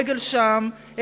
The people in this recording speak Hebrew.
רגל שם,